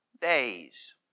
days